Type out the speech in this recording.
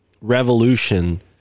revolution